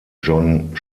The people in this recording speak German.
john